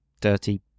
dirty